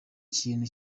kintu